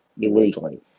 illegally